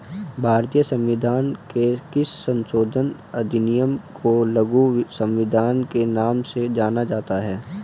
भारतीय संविधान के किस संशोधन अधिनियम को लघु संविधान के नाम से जाना जाता है?